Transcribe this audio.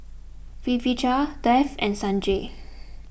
Pritiviraj Dev and Sanjeev